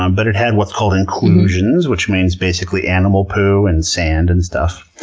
um but it had what's called inclusions, which means basically animal poo, and sand, and stuff.